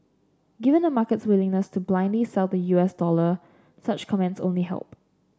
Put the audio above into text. given the market's willingness to blindly sell the U S dollar such comments only help